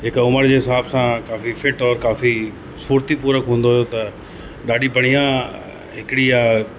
हिक उमिरि जे हिसाब सां काफी फिट और काफी स्फ़ूर्ति पूर्वक हूंदो हुओ त ॾाढी बढ़िया हिकड़ी या